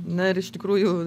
na ir iš tikrųjų